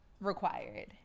required